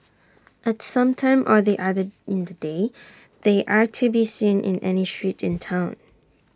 at some time or the other in the day they are to be seen in any street in Town